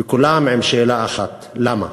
וכולם עם שאלה אחת: למה?